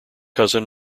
cousin